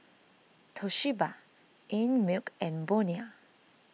Toshiba Einmilk and Bonia